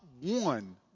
one